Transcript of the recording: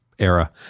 Era